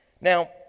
Now